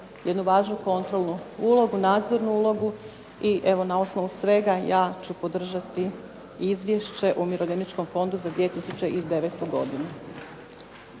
jednu važnu kontrolnu ulogu, nadzornu ulogu i evo na osnovu svega ja ću podržati Izvješće o Umirovljeničkom fondu za 2009. godinu.